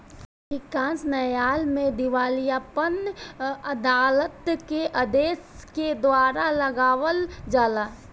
अधिकांश न्यायालय में दिवालियापन अदालत के आदेश के द्वारा लगावल जाला